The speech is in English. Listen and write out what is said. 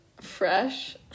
Fresh